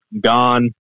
gone